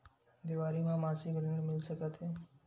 देवारी म मासिक ऋण मिल सकत हे?